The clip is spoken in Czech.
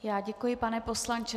Já děkuji, pane poslanče.